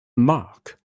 mark